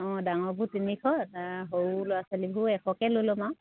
অঁ ডাঙৰবোৰ তিনিশ সৰু ল'ৰা ছোৱালীবোৰ এশকৈ লৈ ল'ম আৰু